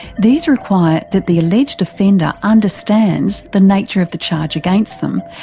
these require that the alleged offender understands the nature of the charge against them,